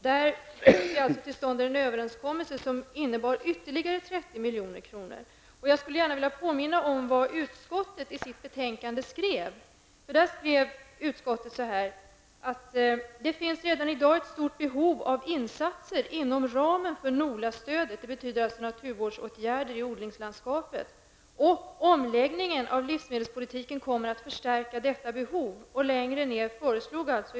I och med detta beslut fick vi till stånd en överenskommelse som innebar ytterligare 30 milj.kr. Jag skulle gärna vilja påminna om vad utskottet i sitt betänkande skrev: Det finns redan i dag ett stort behov av insatser inom ramen för NOLA-stödet -- det betyder alltså naturvårdsåtgärder i odlingslandskapet -- och omläggningen av livsmedelspolitiken kommer att förstärka detta behov.